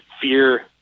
fear